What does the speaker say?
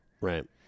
right